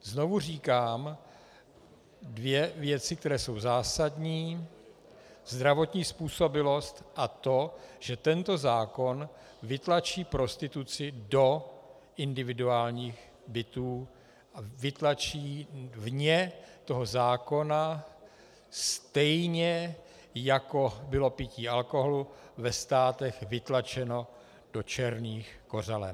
Znovu říkám dvě věci, které jsou zásadní: zdravotní způsobilost a to, že tento zákon vytlačí prostituci do individuálních bytů, vytlačí ji vně zákona, stejně jako bylo pití alkoholu ve Státech vytlačeno do černých kořalen.